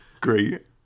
Great